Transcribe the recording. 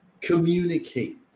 communicate